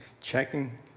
checking